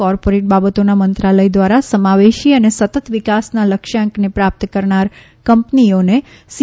corporate બાબતોના મંત્રાલય દ્વારા સમાવેશી અને સતત વિકાસના લક્ષ્યાંકને પ્રાપ્ત કરનાર કંપનીઓને સી